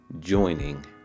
joining